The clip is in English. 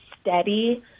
steady